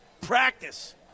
practice